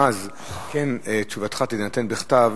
ואז התשובה תינתן בכתב